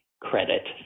credit